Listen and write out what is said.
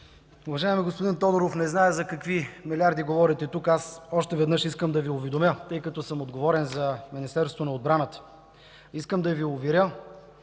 Уважаеми господин Тодоров, не зная за какви милиарди говорите тук. Аз още веднъж искам да Ви уведомя, тъй като съм отговорен за Министерството на отбраната. Искам да Ви уверя,